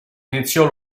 iniziò